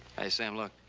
hey, sam, look.